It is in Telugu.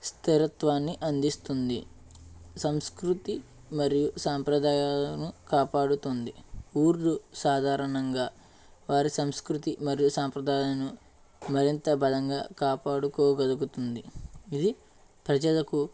స్థిరత్వాన్ని అందిస్తుంది సంస్కృతి మరియు సాంప్రదాయాలను కాపాడుతుంది ఊరు సాధారణంగా వారి సంస్కృతి మరియు సాంప్రదాయాలను మరింత బలంగా కాపాడుకోగలుగుతుంది ఇది ప్రజలకు